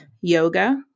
Yoga